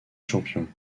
champion